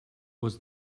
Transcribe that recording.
was